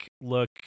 look